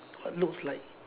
looks like